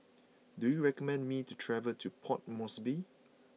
do you recommend me to travel to Port Moresby